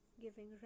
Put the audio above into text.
Giving